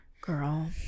Girl